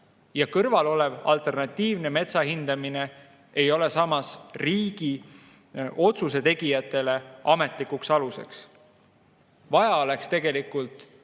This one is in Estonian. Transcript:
kõrval olev alternatiivne metsahindamine ei ole samas riigi otsusetegijatele ametlikuks aluseks. Vaja oleks kahe